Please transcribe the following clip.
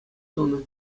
тунӑ